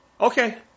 Okay